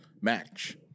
match